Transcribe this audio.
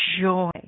joy